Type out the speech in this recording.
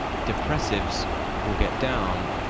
depressives will get down,